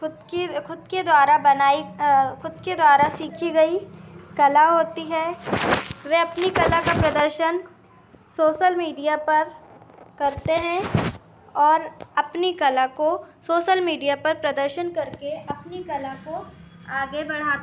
ख़ुद की ख़ुद के द्वारा बनाई ख़ुद के द्वारा सीखी गई कला होती है वे अपनी कला का प्रदर्शन सोसल मीडिया पर करते हैं और अपनी कला को सोसल मीडिया पर प्रदर्शन करके अपनी कला को आगे बढ़ा